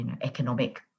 economic